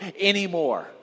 anymore